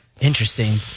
interesting